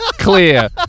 Clear